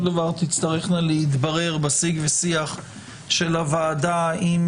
דבר תצטרכנה להתחבר בשיג ושיח של הוועדה עם